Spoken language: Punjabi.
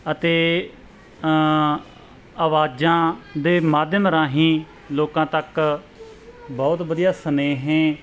ਅਤੇ ਆਵਾਜ਼ਾਂ ਦੇ ਮਾਧਿਅਮ ਰਾਹੀਂ ਲੋਕਾਂ ਤੱਕ ਬਹੁਤ ਵਧੀਆ ਸਨੇਹੇ